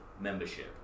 membership